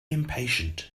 impatient